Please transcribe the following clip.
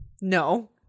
No